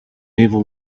evil